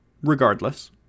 Regardless